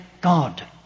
God